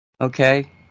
okay